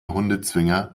hundezwinger